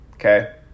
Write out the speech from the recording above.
Okay